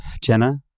Jenna